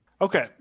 Okay